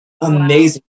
amazing